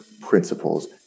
principles